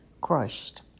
crushed